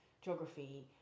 geography